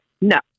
No